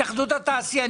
התאחדות התעשיינים.